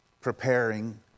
preparing